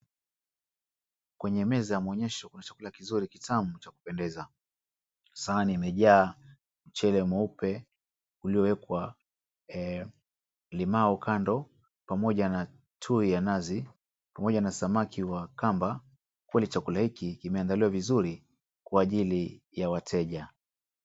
Kwenye meza wameonyesha chakula kizuri kitamu chakupendeza. Sahani imejaa mchele mweupe uliowekwa limau kando pamoja na tui ya nazi, pamoja na samaki wa kamba. Kweli chakula hiki kimeandaliwa vizuri kwa ajili ya wateja.